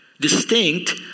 distinct